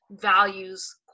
values